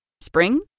Spring